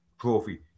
trophy